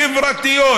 חברתיות,